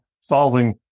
solving